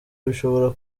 bishobora